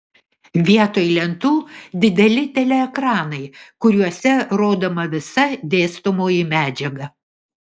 vietoj lentų dideli teleekranai kuriuose rodoma visa dėstomoji medžiaga